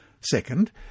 Second